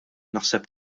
naħseb